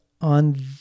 on